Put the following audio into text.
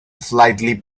slightly